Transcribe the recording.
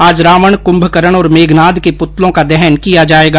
आज रावण कुम्भकरण और मेघनाथ के पुतलों का दहन किया जायेगा